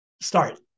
Start